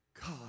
God